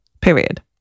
Period